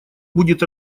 будет